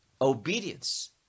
obedience